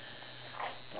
I see